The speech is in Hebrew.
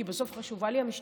כי בסוף חשובה לי המשטרה,